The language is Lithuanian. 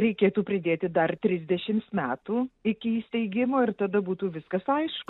reikėtų pridėti dar trisdešims metų iki įsteigimo ir tada būtų viskas aišku